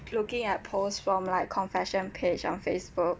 looking at post from like confession page on facebook